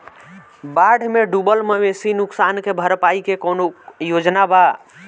बाढ़ में डुबल मवेशी नुकसान के भरपाई के कौनो योजना वा?